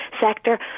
sector